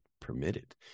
permitted